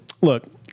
look